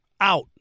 out